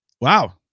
Wow